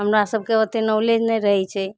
हमरा सबके ओते नॉलेज नहि रहै छै